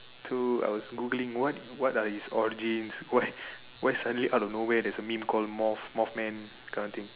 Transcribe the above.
so I was Googling what what are his origins why why suddenly out of no where there's a meme called moth moth man this kind of thing